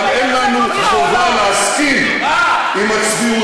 אבל אין לנו חובה להסכין עם הצביעות.